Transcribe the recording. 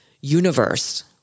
universe